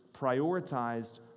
prioritized